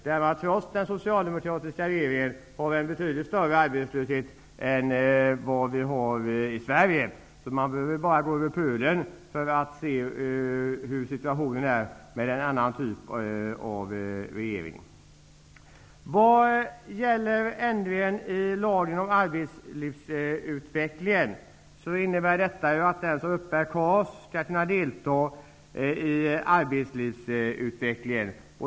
Där har man, trots den socialdemokratiska regeringen, en betydligt större arbetslöshet än vad vi har i Sverige. Man behöver bara gå över kölen för att se hur situationen är med en annan typ av regering. Ändringen i lagen om arbetslivsutveckling innebär att den som uppbär KAS skall kunna delta i arbetslivsutvecklingen.